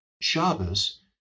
Shabbos